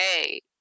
hey